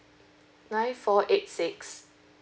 nine four eight six